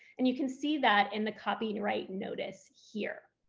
and you can see that in the copyright notice here.